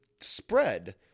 spread